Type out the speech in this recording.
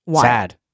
sad